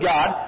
God